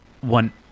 One